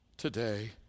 Today